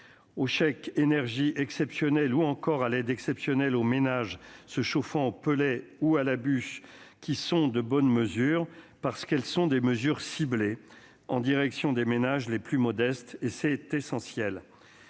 Le chèque énergie exceptionnel ou encore l'aide exceptionnelle aux ménages se chauffant aux pellets ou à la bûche sont également de bonnes mesures, parce qu'elles sont des mesures ciblées en direction des ménages les plus modestes, et c'est essentiel.